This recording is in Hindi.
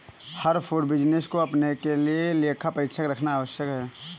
हर फूड बिजनेस को अपने लिए एक लेखा परीक्षक रखना आवश्यक है